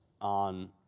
on